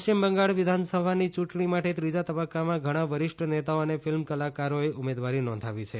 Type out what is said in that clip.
પશ્ચિમ બંગાળ વિધાનસભાની યૂંટણી માટે ત્રીજા તબક્કામાં ઘણા વરિષ્ઠ નેતાઓ અને ફિલ્મ કલાકારોએ ઉમેદવારી નોધાવી છે